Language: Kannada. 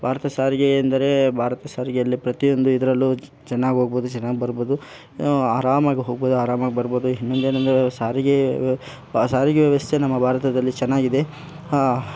ಭಾರತದ್ ಸಾರಿಗೆ ಎಂದರೇ ಭಾರತ ಸಾರಿಗೆಯಲ್ಲಿ ಪ್ರತಿಯೊಂದು ಇದರಲ್ಲೂ ಚೆನ್ನಾಗ್ ಹೋಗ್ಬೋದು ಚೆನ್ನಾಗ್ ಬರ್ಬೋದು ಆರಾಮಾಗ್ ಹೋಗ್ಬೋದು ಆರಾಮಾಗ್ ಬರ್ಬೋದು ಇನ್ನೊಂದೇನಂದ್ರೆ ಸಾರಿಗೆ ಸಾರಿಗೆ ವ್ಯವಸ್ಥೆ ನಮ್ಮ ಭಾರತದಲ್ಲಿ ಚೆನ್ನಾಗಿದೆ